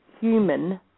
human